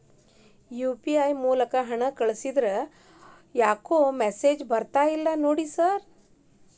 UPI ಮೂಲಕ ಹಣ ಕಳಿಸಿದ್ರ ಯಾಕೋ ಮೆಸೇಜ್ ಬರ್ತಿಲ್ಲ ನೋಡಿ ಸರ್?